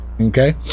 Okay